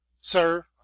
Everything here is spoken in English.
sir